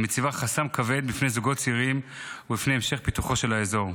המציבה חסם כבד בפני זוגות צעירים ובפני המשך פיתוחו של האזור.